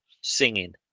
singing